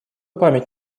память